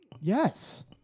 Yes